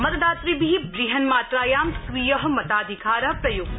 मतदातृभि बृहन्मात्राया स्वीय मताधिकार प्रयुक्त